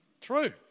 True